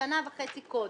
שנה וחצי קודם.